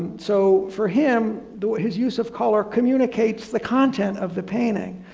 so for him the way, his use of color communicates the content of the painting.